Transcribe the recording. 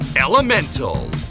Elemental